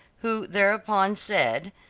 who thereupon said,